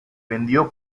vendió